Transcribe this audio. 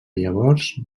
llavors